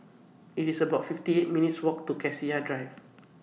IT IS about fifty eight minutes' Walk to Cassia Drive